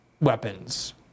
weapons